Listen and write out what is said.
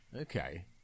Okay